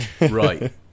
right